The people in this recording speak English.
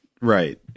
Right